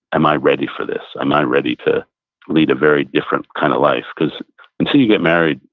am i ready for this? am i ready to lead a very different kind of life, because until you get married,